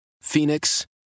Phoenix